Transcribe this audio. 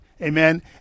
Amen